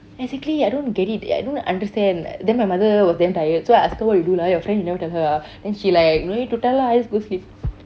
exactly I don't get it I don't understand then my mother was damn tired so I ask her what you do right your friend you never tell her ah then she like no need to tell lah I just go sleep